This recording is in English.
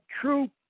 true